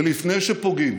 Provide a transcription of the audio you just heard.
ולפני שפוגעים,